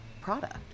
product